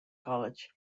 college